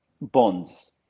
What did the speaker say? bonds